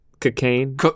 Cocaine